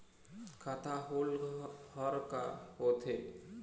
खाता होल्ड हर का होथे?